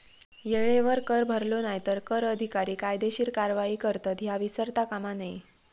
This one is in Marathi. येळेवर कर भरलो नाय तर कर अधिकारी कायदेशीर कारवाई करतत, ह्या विसरता कामा नये